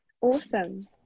Awesome